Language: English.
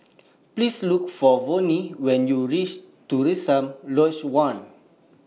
Please Look For Vonnie when YOU REACH Terusan Lodge one